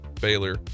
Baylor